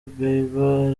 bieber